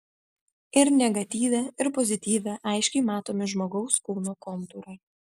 ir negatyve ir pozityve aiškiai matomi žmogaus kūno kontūrai